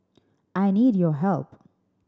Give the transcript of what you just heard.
I need your help